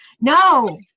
No